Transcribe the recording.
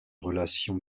relations